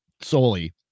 solely